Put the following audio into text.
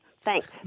Thanks